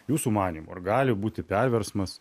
jūsų manymu ar gali būti perversmas